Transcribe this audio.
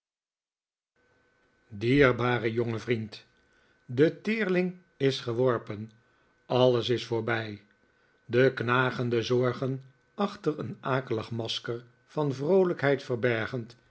dierbare jonge vriend de teerling is geworpen alles is voorbij de knagende zorgen achter een akelig masker van vroolijkheid verbergend